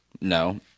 No